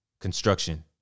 construction